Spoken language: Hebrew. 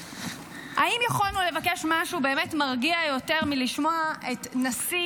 האם יכולנו לבקש משהו באמת מרגיע יותר מלשמוע את נשיא